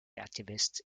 activist